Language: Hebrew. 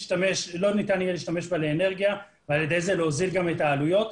לא ניתן יהיה להשתמש בה לאנרגיה ועל ידי זה להוזיל גם את העלויות.